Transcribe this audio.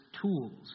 tools